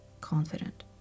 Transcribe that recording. confident